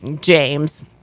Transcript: James